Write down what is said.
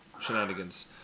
shenanigans